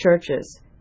churches